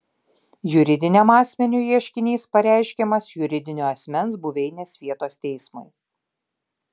juridiniam asmeniui ieškinys pareiškiamas juridinio asmens buveinės vietos teismui